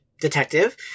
detective